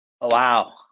Wow